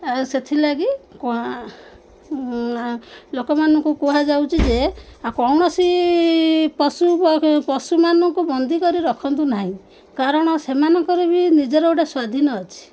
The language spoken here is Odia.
ଆଉ ସେଥିଲାଗି ଲୋକମାନଙ୍କୁ କୁହାଯାଉଛି ଯେ ଆ କୌଣସି ପଶୁ ପ ପଶୁମାନଙ୍କୁ ବନ୍ଦୀ କରି ରଖନ୍ତୁ ନାହିଁ କାରଣ ସେମାନଙ୍କର ବି ନିଜର ଗୋଟେ ସ୍ଵାଧୀନ ଅଛି